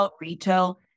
retail